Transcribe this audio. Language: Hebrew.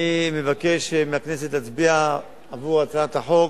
אני מבקש מהכנסת להצביע עבור הצעת החוק,